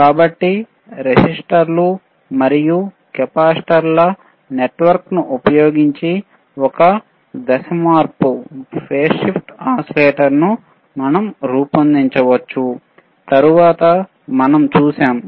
కాబట్టి రెసిస్టర్లు మరియు కెపాసిటర్ల నెట్వర్క్ ను ఉపయోగించి ఒక ఫేస్ షిఫ్ట్ ఓసిలేటర్ను మనం రూపొందించవచ్చు